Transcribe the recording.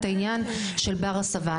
את העניין של בר הסבה.